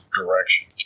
direction